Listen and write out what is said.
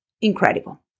incredible